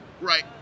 Right